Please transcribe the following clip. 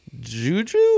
Juju